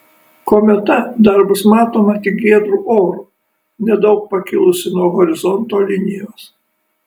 kometa dar bus matoma tik giedru oru nedaug pakilusi nuo horizonto linijos